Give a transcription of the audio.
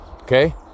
Okay